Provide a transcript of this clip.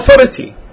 authority